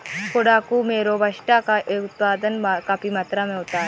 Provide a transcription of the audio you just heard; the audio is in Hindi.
कोडागू में रोबस्टा का उत्पादन काफी मात्रा में होता है